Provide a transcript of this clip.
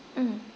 mm